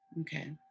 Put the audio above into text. Okay